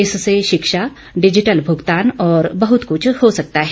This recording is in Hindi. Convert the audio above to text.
इससे शिक्षा डिजिटल भुगतान और बहुत कुछ हो सकता है